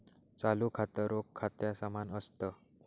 चालू खातं, रोख खात्या समान असत